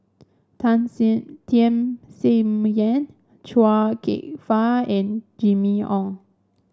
Tham Sien Yen Chia Kwek Fah and Jimmy Ong